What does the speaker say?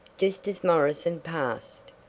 just as morrison passed.